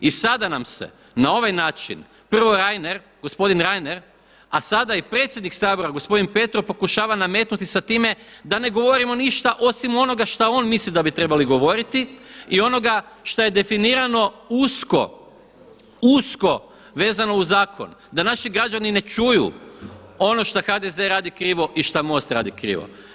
I sada nam se na ovaj način prvo Reiner, gospodin Reiner a sada i predsjednik Sabora gospodin Petrov pokušava nametnuti sa time da ne govorimo ništa osim onoga što on misli da bi trebali govoriti i onoga šta je definirano usko, usko vezano uz zakon, da naši građani ne čuju ono što HDZ radi krivo i šta MOST radi krivo.